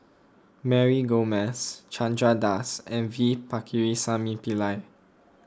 Mary Gomes Chandra Das and V Pakirisamy Pillai